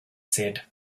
said